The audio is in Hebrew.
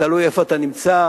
תלוי איפה אתה נמצא,